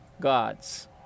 God's